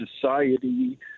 society